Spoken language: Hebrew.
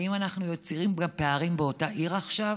האם אנחנו יוצרים גם פערים באותה עיר עכשיו?